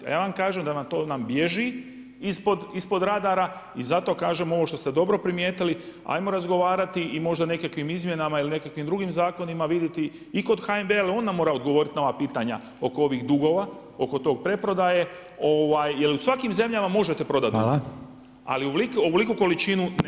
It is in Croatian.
A ja vam kažem da nam to bježi ispod radara i zato kažem ovo što ste dobro primijetili, ajmo razgovarati i možda nekakvim izmjenama ili nekakvim drugim zakonima vidjeti i kod HNB jel on nam mora odgovoriti na ova pitanja oko ovih dugova, oko te preprodaje jel u svakim zemljama možete prodati, ali ovoliku količinu nema.